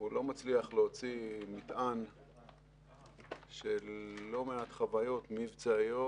הוא לא מצליח להוציא מטען של לא מעט חוויות מבצעיות,